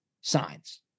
signs